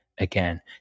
Again